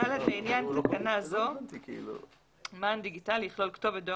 (ד)לעניין תקנה זו "מען דיגיטלי" יכלול כתובת דואר